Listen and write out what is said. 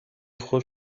خوب